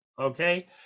Okay